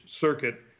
circuit